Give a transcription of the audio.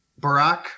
Barack